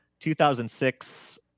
2006